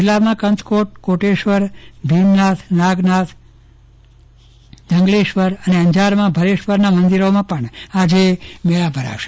જિલ્લામાં કંથકોટ કોટેશ્વર ભીમનાથ નાગનાથ જંગલેશ્વર અંજારમાં ભરેશ્વરના મંદિરોમાં પણ આજે મેળા ભરાશે